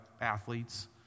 athletes